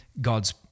God's